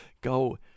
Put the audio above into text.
go